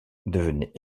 devenait